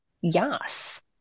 yes